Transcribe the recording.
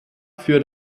für